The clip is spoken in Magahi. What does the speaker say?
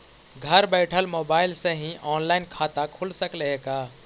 घर बैठल मोबाईल से ही औनलाइन खाता खुल सकले हे का?